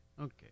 Okay